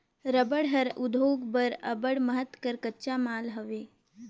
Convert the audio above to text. रबड़ हर उद्योग बर अब्बड़ महत कर कच्चा माल हवे